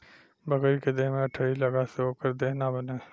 बकरी के देह में अठइ लगला से ओकर देह ना बने